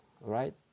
right